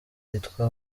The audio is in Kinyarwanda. yitwa